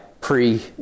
pre